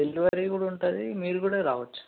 delivery కూడా ఉంటుంది మీరు కూడా రావచ్చు